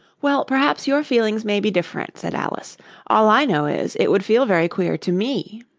well, perhaps your feelings may be different said alice all i know is, it would feel very queer to me